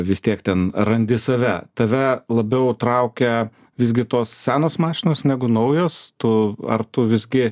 vis tiek ten randi save tave labiau traukia visgi tos senos mašinos negu naujos tu ar tu visgi